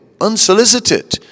unsolicited